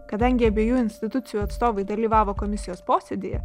kadangi abiejų institucijų atstovai dalyvavo komisijos posėdyje